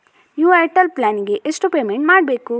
New Airtel plan ಗೆ ಎಷ್ಟು payment ಮಾಡ್ಬೇಕು?